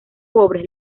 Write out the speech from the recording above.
sobre